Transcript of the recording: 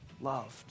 loved